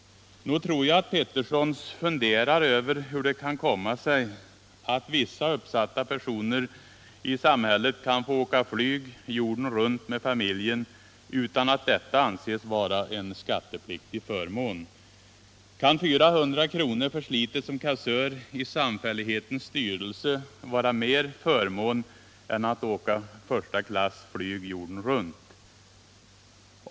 Nog tror jag att Petterssons funderar över hur det kan komma sig att vissa uppsatta personer i Om beskattningen samhället kan få åka flyg jorden runt med familjen utan att detta anses vara en av förmån av fria skattepliktig förmån. Kan 400 kr. för slitet som kassör i samfällighetens resor med SAS styrelse vara mer förmån än att åka första klass flyg jorden runt?